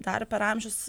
dar per amžius